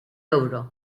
ewro